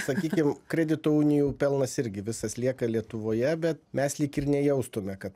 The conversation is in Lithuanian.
sakykim kredito unijų pelnas irgi visas lieka lietuvoje bet mes lyg ir nejaustume kad